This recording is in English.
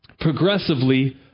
progressively